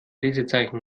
lesezeichen